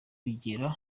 bigera